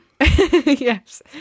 Yes